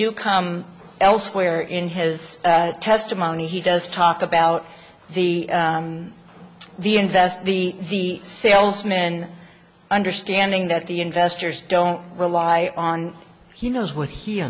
do come elsewhere in his testimony he does talk about the the invest the salesmen understanding that the investors don't rely on you know what he